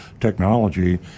Technology